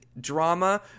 drama